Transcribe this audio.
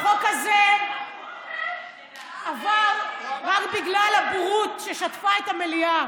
החוק הזה עבר רק בגלל הבורות ששטפה את המליאה.